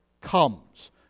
comes